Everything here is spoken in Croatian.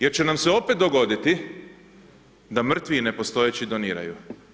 Jer će nam se opet dogoditi, da mrtvi i nepostojeći doniraju.